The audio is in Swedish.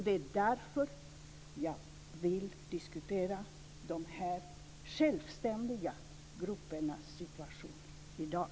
Det är därför jag vill diskutera de här självständiga gruppernas situation i dag.